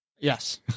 yes